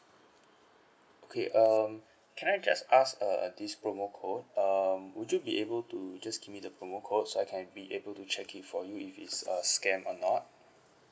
okay um can I just ask uh this promo code um would you be able to just give me the promo code so I can be able to check it for you if it's a scam or not